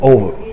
Over